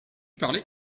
parler